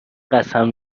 قسم